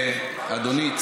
אדוני,